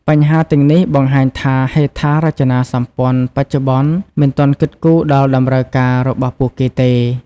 បញ្ហាទាំងនេះ បង្ហាញថាហេដ្ឋារចនាសម្ព័ន្ធបច្ចុប្បន្ន មិនទាន់គិតគូរដល់តម្រូវការរបស់ពួកគេទេ។